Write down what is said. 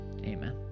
amen